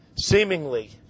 seemingly